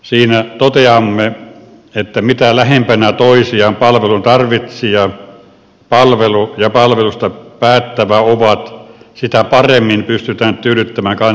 siinä toteamme että mitä lähempänä toisiaan palvelun tarvitsija palvelu ja palvelusta päättävä ovat sitä paremmin pystytään tyydyttämään kansalaisten tarpeet